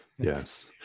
Yes